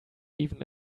even